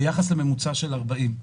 ביחס לממוצע של 40 אלף.